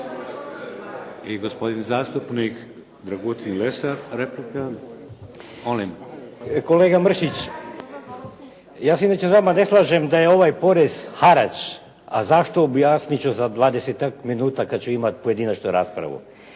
Izvolite. **Lesar, Dragutin (Nezavisni)** Kolega Mršić, ja se inače s vama ne slažem da je ovaj porez harač, a zašto objasnit ću za dvadesetak minuta kad ću imati pojedinačnu raspravu.